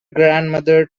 grandmother